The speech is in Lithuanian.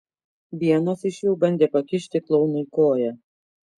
vienas iš jų bandė pakišti klounui koją